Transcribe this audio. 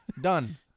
Done